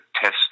test